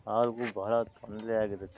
ಹಾಗೂ ಬಹಳ ತೊಂದರೆ ಆಗದಂತೆ